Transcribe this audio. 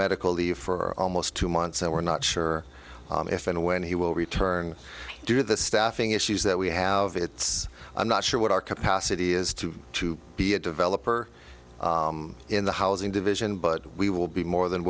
medical leave for almost two months and we're not sure if and when he will return to do the staffing issues that we have it's i'm not sure what our capacity is to to be a developer in the housing division but we will be more than